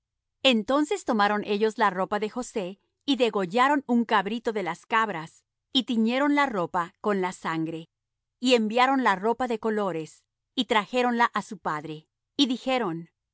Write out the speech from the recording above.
entonces tomaron ellos la ropa de josé y degollaron un cabrito de las cabras y tiñeron la ropa con la sangre y enviaron la ropa de colores y trajéronla á su padre y dijeron